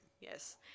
Yes